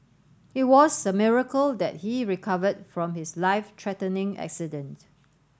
it was a miracle that he recovered from his life threatening accident